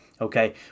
Okay